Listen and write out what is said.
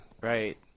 Right